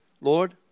Lord